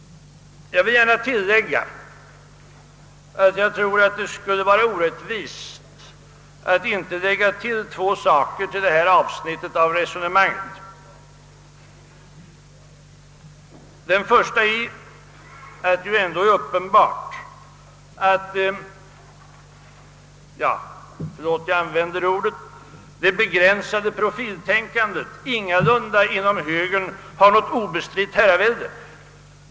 Jag tror att det skulle vara orättvist att inte tillägga två saker till detta avsnitt av resonemanget. Den första är att det ändå är uppenbart att — förlåt att jag använder ordet — det begränsade profiltänkandet ingalunda inom högern har något obestritt herravälde.